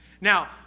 Now